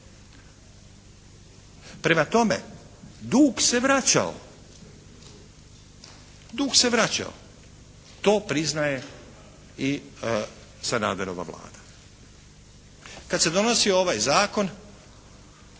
Prema tome, dug se vraćao. To priznaje i Sanaderova Vlada. Kad se donosio ovaj zakon